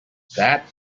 that